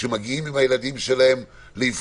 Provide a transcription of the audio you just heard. מגיעים עם הילדים לאבחונים,